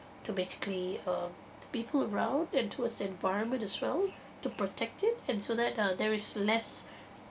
to basically um the people around and towards environment as well to protect it and so that uh there is less